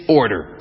order